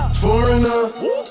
foreigner